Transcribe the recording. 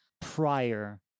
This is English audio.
prior